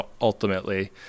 ultimately